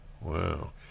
Wow